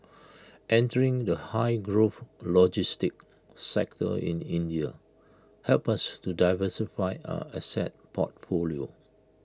entering the high growth logistics sector in India helps us to diversify our asset portfolio